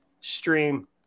stream